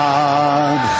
God